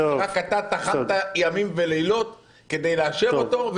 רק טחנת ימים ולילות כדי לאשר אותו,